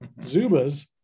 Zubas